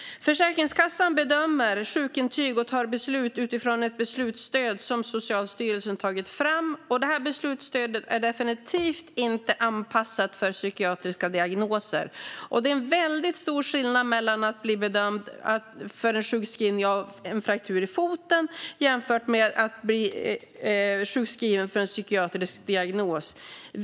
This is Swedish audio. Försäkringskassan bedömer sjukintyg och tar beslut utifrån ett beslutsstöd som Socialstyrelsen tagit fram. Detta beslutsstöd är definitivt inte anpassat för psykiatriska diagnoser. Det är en mycket stor skillnad mellan att bli bedömd för en sjukskrivning av en fraktur i foten och att bli det för en psykiatrisk diagnos.